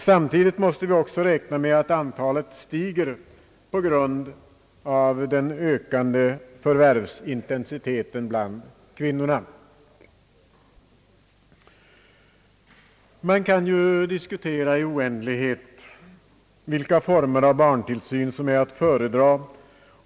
Samtidigt måste vi räkna med att detta antal stiger på grund av den ökande förvärvsintensiteten bland kvinnorna. Det kan ju i all oändlighet diskuteras vilka former av barntillsyn som är att föredra.